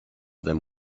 them